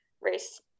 race